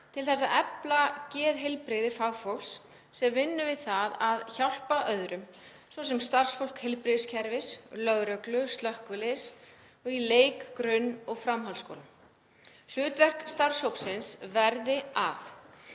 til þess að efla geðheilsu fagfólks sem vinnur við að hjálpa öðrum, svo sem starfsfólks heilbrigðiskerfisins, lögreglu, slökkviliðs og í leik-, grunn- og framhaldsskólum. Hlutverk starfshópsins verði að: